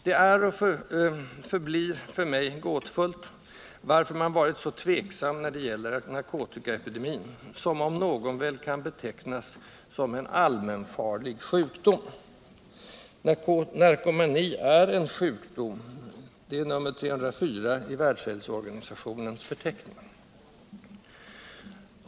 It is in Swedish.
Det är och förblir för mig gåtfullt varför man varit så tveksam när det gäller narkotikaepidemin som, om någon, väl kan betecknas som en ”allmänfarlig sjukdom”. Narkomani är en sjukdom, nr 304 i Världshälsoorganisationens förteckning.